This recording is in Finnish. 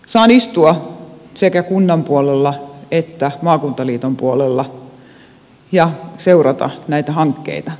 saan istua sekä kunnan puolella että maakuntaliiton puolella ja seurata näitä hankkeita